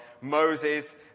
Moses